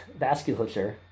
vasculature